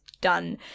done